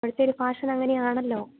ഇപ്പോഴത്തെ ഒരു ഫാഷൻ അങ്ങനെയാണല്ലോ